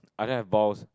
I don't have balls